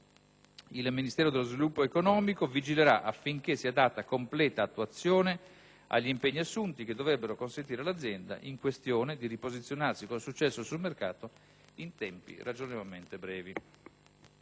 Il Ministero dello sviluppo economico vigilerà affinché sia data completa attuazione agli impegni assunti, che dovrebbero consentire all'azienda in questione di riposizionarsi con successo sul mercato, in tempi ragionevolmente brevi.